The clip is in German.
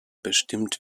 bestimmt